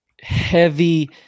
heavy